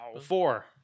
four